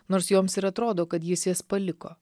nors joms ir atrodo kad jis jas paliko